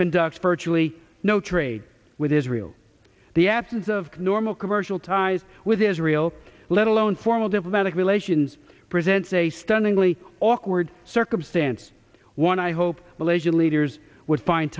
conducts virtually no trade with israel the absence of normal commercial ties with israel let alone formal diplomatic relations presents a stunningly awkward circumstance one i hope malaysian leaders would find